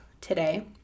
today